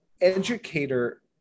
educator